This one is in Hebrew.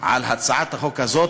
על הצעת החוק הזאת,